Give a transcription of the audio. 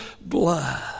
blood